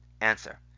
answer